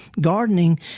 Gardening